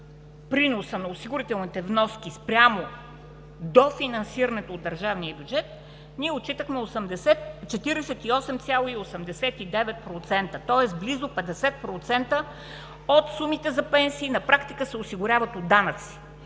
приноса – на осигурителните вноски спрямо дофинансирането от държавния бюджет, ние отчитахме 48,89%, тоест близо 50% от сумите за пенсии на практика се осигуряват от данъци